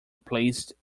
placed